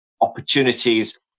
opportunities